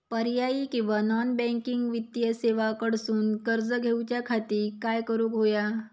पर्यायी किंवा non banking वित्तीय सेवा कडसून कर्ज घेऊच्या खाती काय करुक होया?